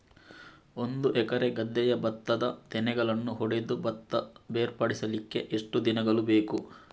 ಒಂದು ಎಕರೆ ಗದ್ದೆಯ ಭತ್ತದ ತೆನೆಗಳನ್ನು ಹೊಡೆದು ಭತ್ತ ಬೇರ್ಪಡಿಸಲಿಕ್ಕೆ ಎಷ್ಟು ದಿನಗಳು ಬೇಕು?